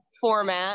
format